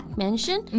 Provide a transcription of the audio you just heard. mansion